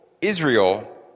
Israel